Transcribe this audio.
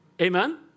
Amen